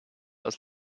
als